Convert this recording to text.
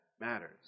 matters